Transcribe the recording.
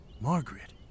Margaret